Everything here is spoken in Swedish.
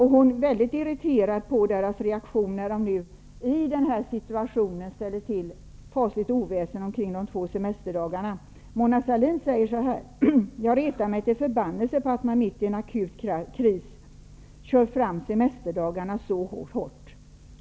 Hon är väldigt irriterad på deras reaktion när de i den här situationen ställer till ett fasligt oväsen kring de två semesterdagarna. Mona Sahlin säger så är: Jag retar mig till förbannelse på att man mitt i en akut kris kör fram semesterdagarna så hårt.